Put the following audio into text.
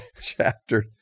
Chapter